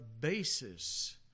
basis